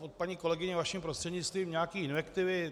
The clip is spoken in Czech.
od paní kolegyně, vaším prostřednictvím, nějaké invektivy.